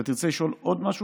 אתה תרצה לשאול עוד משהו,